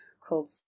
called